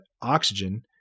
oxygen